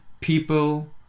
people